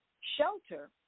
shelter